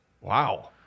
Wow